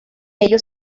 ellos